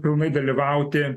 pilnai dalyvauti